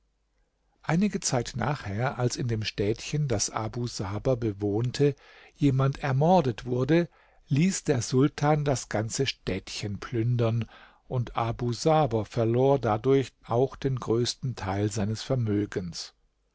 einige zeit nachher als in dem städtchen das abu saber bewohnte jemand ermordet wurde ließ der sultan das ganze städtchen plündern und abu saber verlor dadurch auch den größten teil seines vermögens